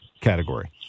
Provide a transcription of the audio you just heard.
category